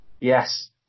yes